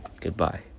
Goodbye